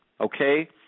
Okay